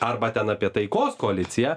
arba ten apie taikos koaliciją